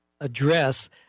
address